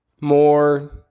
more